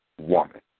woman